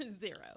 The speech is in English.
Zero